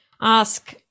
ask